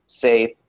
safe